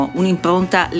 un'impronta